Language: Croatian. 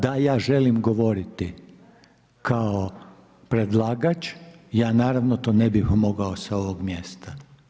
Da ja želim govoriti kao predlagač, ja naravno to ne bih mogao sa ovoga mjesta.